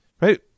right